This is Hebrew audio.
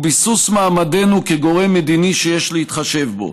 ביסוס מעמדנו כגורם מדיני שיש להתחשב בו.